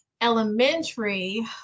elementary